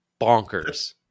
bonkers